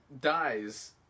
dies